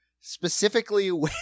Specifically